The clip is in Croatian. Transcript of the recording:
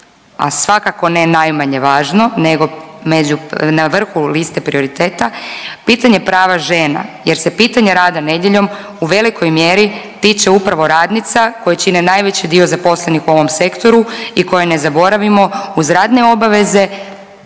a svakako ne najmanje važno nego među, na vrhu liste prioriteta pitanje prava žena jer se pitanje rada nedjeljom u velikoj mjeri tiče upravo radnica koje čine najveći dio zaposlenih u ovom sektoru i koje ne zaboravimo uz radne obaveze